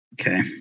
Okay